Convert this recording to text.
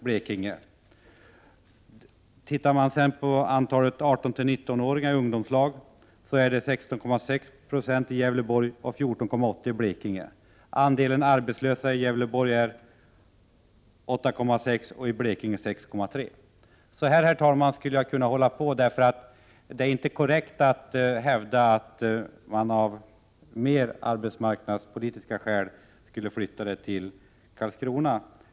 Om man studerar siffrorna för antalet 18—19-åringar i ungdomslag, är det 16,6 20 i Gävleborgs län och 14,8 26 i Blekinge. Andelen arbetslösa i Gävleborg uppgår till 8,6 96 och till 6,3 90 i Blekinge. Fru talman! Jag skulle kunna fortsätta med denna uppräkning. Det är nämligen inte korrekt, när man hävdar att arbetsmarknadspolitiska skäl talar för att verket skall flyttas till Karlskrona.